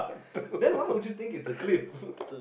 then why would you think it's a clip